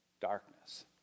darkness